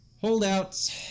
Holdouts